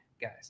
Guys